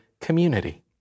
community